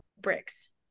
bricks